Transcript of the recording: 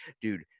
Dude